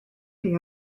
chi